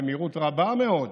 במהירות רבה מאוד,